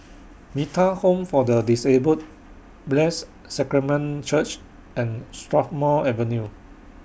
Metta Home For The Disabled Blessed Sacrament Church and Strathmore Avenue